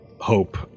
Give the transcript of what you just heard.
Hope